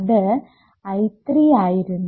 അത് I3 ആയിരുന്നു